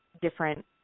different